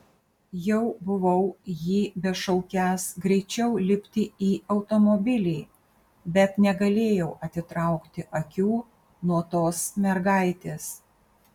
jau buvau jį bešaukiąs greičiau lipti į automobilį bet negalėjau atitraukti akių nuo tos mergaitės